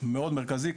מאוד מרכזי.